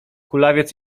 kulawiec